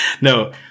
No